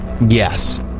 Yes